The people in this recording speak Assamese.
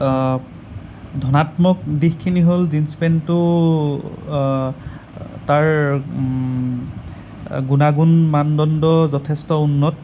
ধনাত্মক দিশখিনি হ'ল জীন্স পেণ্টটো তাৰ গুনাগুন মানদণ্ড যথেষ্ট উন্নত